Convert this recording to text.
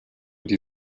die